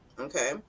okay